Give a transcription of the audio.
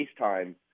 FaceTime